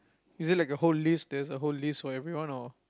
is it like a whole list there's a whole list for everyone or